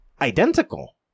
identical